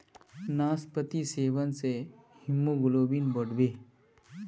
नास्पातिर सेवन से हीमोग्लोबिन बढ़ोह